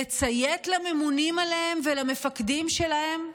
לציית לממונים עליהם ולמפקדים שלהם,